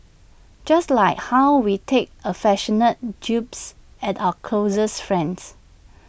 just like how we take affectionate jibes at our closest friends